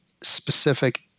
specific